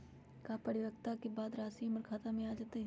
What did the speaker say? का परिपक्वता के बाद राशि हमर खाता में आ जतई?